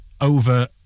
over